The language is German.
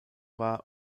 war